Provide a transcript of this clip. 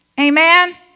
Amen